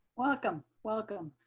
welcome, welcome.